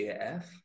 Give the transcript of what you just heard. AF